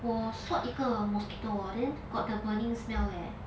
我 swat 一个 mosquito hor then got the burning smell leh